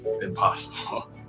impossible